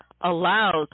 allows